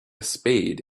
spade